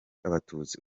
abatutsi